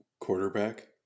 quarterback